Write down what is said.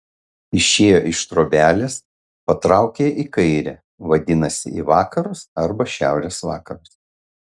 išėjo iš trobelės patraukė į kairę vadinasi į vakarus arba šiaurės vakarus